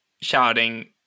shouting